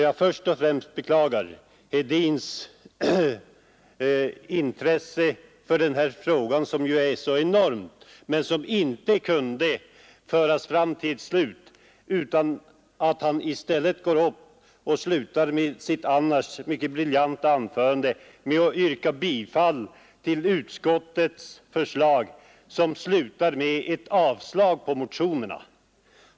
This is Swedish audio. Jag beklagar att herr Hedins intresse för den här frågan inte kunde fullföljas utan att han slutade sitt annars briljanta anförande med att yrka bifall till utskottets förslag, som innebär ett avstyrkande av motionerna.